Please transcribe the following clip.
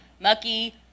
mucky